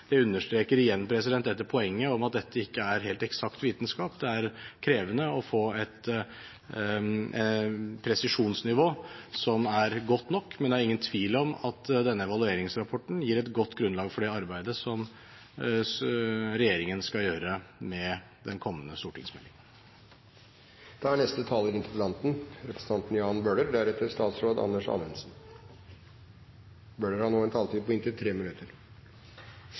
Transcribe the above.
Det understreker igjen dette poenget om at dette ikke er helt eksakt vitenskap. Det er krevende å få et presisjonsnivå som er godt nok, men det er ingen tvil om at denne evalueringsrapporten gir et godt grunnlag for det arbeidet som regjeringen skal gjøre med den kommende stortingsmeldingen. Takk for svaret fra statsråden. Det er